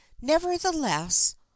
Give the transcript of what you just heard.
Nevertheless